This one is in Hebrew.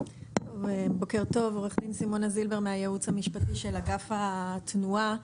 הייעוץ המשפטי של אגף התנועה.